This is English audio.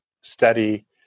study